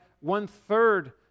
one-third